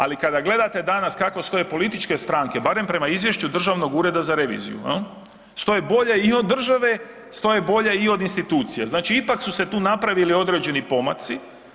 Ali kada gledate danas kako stoje političke stranke, barem prema izvješću Državnog ureda za reviziju jel, stoje bolje i od države, stoje bolje i od institucija, znači ipak su se tu napravili određeni pomaci.